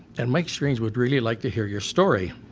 and mike strange would really like to hear your story.